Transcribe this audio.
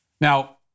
Now